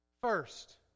First